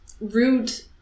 rude